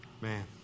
Man